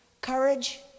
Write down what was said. courage